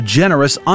generous